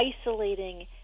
isolating